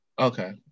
Okay